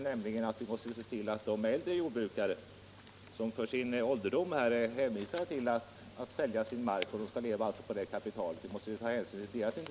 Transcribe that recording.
Vi måste ta hänsyn till de äldre jordbrukarna som för sin försörjning på ålderdomen är hänvisade till att sälja sin mark och som skall leva på det kapitalet.